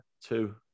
Two